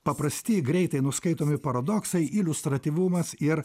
paprasti greitai nuskaitomi paradoksai iliustratyvumas ir